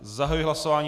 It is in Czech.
Zahajuji hlasování.